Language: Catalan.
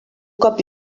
cop